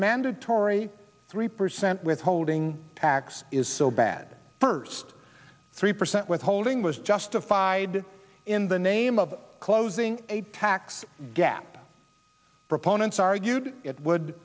mandatory three percent withholding tax is so bad first three percent withholding was justified in the name of closing a tax gap proponents argued it would